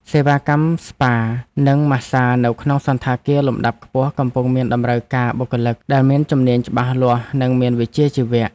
សេវាកម្មស្ប៉ានិងម៉ាស្សានៅក្នុងសណ្ឋាគារលំដាប់ខ្ពស់កំពុងមានតម្រូវការបុគ្គលិកដែលមានជំនាញច្បាស់លាស់និងមានវិជ្ជាជីវៈ។